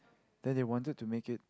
and they wanted to make it